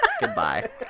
Goodbye